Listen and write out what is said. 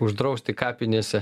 uždrausti kapinėse